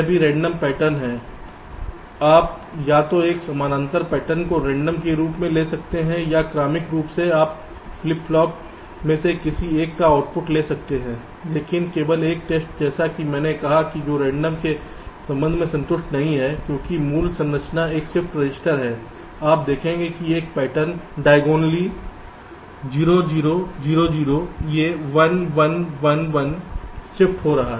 यह भी random pattern है आप या तो एक समानांतर पैटर्न को रेंडम के रूप में ले सकते हैं या क्रमिक रूप से आप फ्लिप फ्लॉप में से किसी एक का आउटपुट ले सकते हैं लेकिन केवल एक टेस्ट जैसा कि मैंने कहा कि जो रेंडम के संबंध में संतुष्ट नहीं है क्योंकि मूल संरचना एक शिफ्ट रजिस्टर है आप देखेंगे कि एक पैटर्न डायगोनली 0 0 0 0 ये 1 1 1 1 स्थानांतरित हो रहे हैं